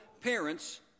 parents